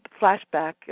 flashback